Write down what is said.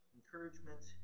Encouragement